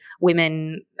women